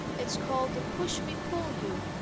it's called the pushmi-pullyu.